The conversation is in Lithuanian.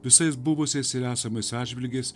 visais buvusiais ir esamais atžvilgiais